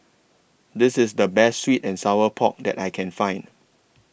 This IS The Best Sweet and Sour Pork that I Can Find